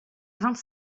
vingt